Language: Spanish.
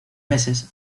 meses